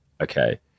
okay